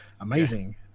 amazing